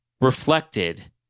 reflected